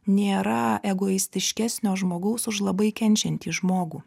nėra egoistiškesnio žmogaus už labai kenčiantį žmogų